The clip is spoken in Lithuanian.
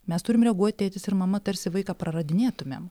mes turim reaguot tėtis ir mama tarsi vaiką praradinėtumėm